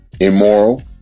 immoral